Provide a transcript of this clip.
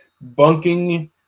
bunking